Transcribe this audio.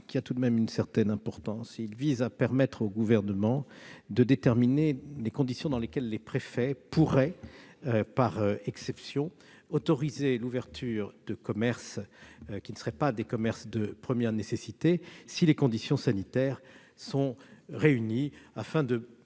qui a malgré tout une certaine importance. Il vise à permettre au Gouvernement de déterminer les conditions dans lesquelles les préfets pourraient, par exception, autoriser l'ouverture de commerces qui ne sont pas de première nécessité si les conditions sanitaires étaient réunies, afin de